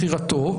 לבחירתו.